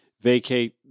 vacate